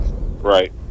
Right